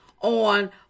On